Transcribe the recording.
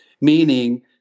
meaning